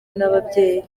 nyababyeyi